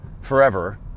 forever